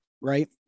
right